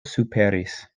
superis